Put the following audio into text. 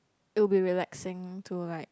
it will be relaxing to like